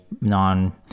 non